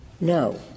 no